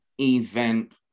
event